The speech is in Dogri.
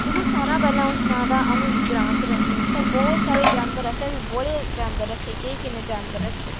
दिक्खो सारें शा पैह्लें अऊं सनां ते अऊं ग्रां च रौह्न्नीं ते बहुत सारे जानवर असें बी बड़े सारे जानवर रक्खे दे